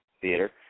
Theater